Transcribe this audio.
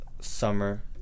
summer